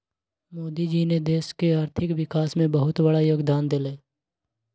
मोदी जी ने देश के आर्थिक विकास में बहुत बड़ा योगदान देलय